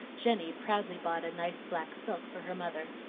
jenny proudly bought a nice black silk for her mother.